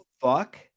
fuck